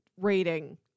rating